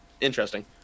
Interesting